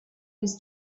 his